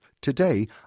Today